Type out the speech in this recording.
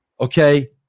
Okay